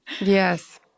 Yes